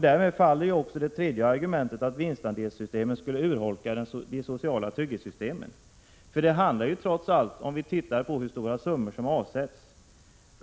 Därmed faller också det tredje argumentet, att vinstandelssystem skulle urholka de sociala trygghetssystemen. Det handlar här trots allt